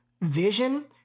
vision